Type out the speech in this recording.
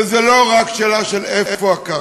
וזה לא רק שאלה של איפה הקרקע.